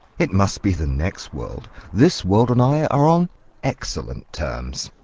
it must be the next world. this world and i are on excellent terms.